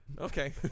Okay